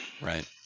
right